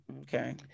Okay